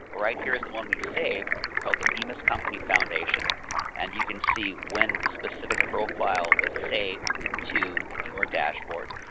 right here's the one we saved called the bemis company foundation and you can see when the specific profile was saved to your dashboard.